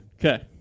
Okay